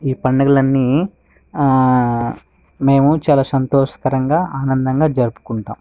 ఈ పండగలు అన్నీ మేము చాలా సంతోషంగా ఆనందంగా జరుపుకుంటాం